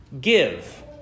Give